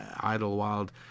Idlewild